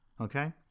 Okay